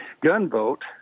gunboat